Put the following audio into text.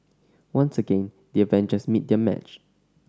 once again the Avengers meet their match